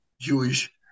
Jewish